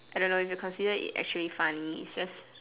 I don't know if you consider it as funny its just